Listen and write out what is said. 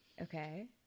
Okay